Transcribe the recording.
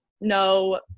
no